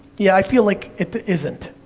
yeah, i feel like it isn't.